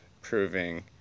proving